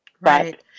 Right